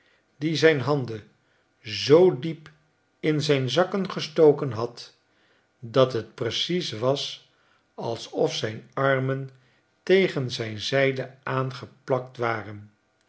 die zijn handen zoo diep in zijn zakken gestoken had dat het precies was alsof zijn armen tegen zijn zijden aangeplakt waren